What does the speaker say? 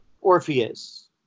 Orpheus